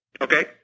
Okay